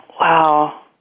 Wow